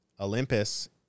Olympus